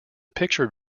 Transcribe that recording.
picture